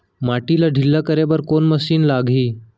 माटी ला ढिल्ला करे बर कोन मशीन लागही?